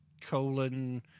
colon